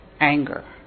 anger